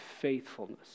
faithfulness